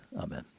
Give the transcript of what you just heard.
Amen